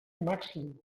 màxim